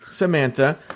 Samantha